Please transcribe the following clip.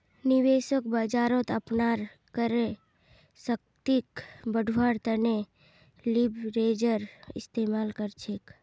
निवेशक बाजारत अपनार क्रय शक्तिक बढ़व्वार तने लीवरेजेर इस्तमाल कर छेक